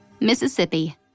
mississippi